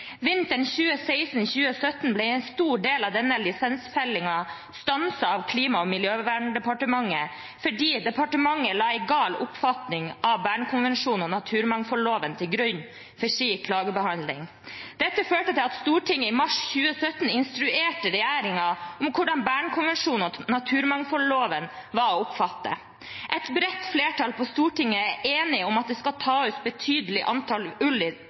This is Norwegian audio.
Vinteren 2016–2017 ble en stor del av denne lisensfellingen stanset av Klima- og miljødepartementet fordi departementet la en gal oppfatning av Bernkonvensjonen og naturmangfoldloven til grunn for sin klagebehandling. Dette førte til at Stortinget i mars 2017 instruerte regjeringen om hvordan Bernkonvensjonen og naturmangfoldloven var å oppfatte. Et bredt flertall på Stortinget er enige om at det skal tas ut et betydelig antall